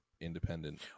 independent